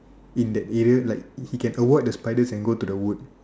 in that area like he can avoid the spiders and go to the woods